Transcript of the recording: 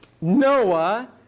Noah